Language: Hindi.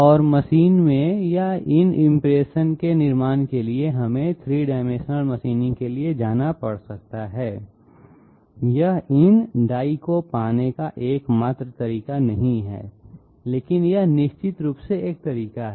और मशीन में या इन इंप्रेशन के निर्माण के लिए हमें 3 डाइमेंशनल मशीनिंग के लिए जाना पड़ सकता है यह इन डाई को पाने का एकमात्र तरीका नहीं है लेकिन यह निश्चित रूप से एक तरीका है